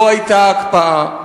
לא היתה הקפאה,